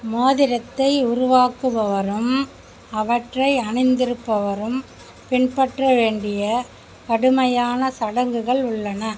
மோதிரத்தை உருவாக்குபவரும் அவற்றை அணிந்திருப்பவரும் பின்பற்ற வேண்டிய கடுமையான சடங்குகள் உள்ளன